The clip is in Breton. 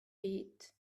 bet